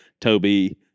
toby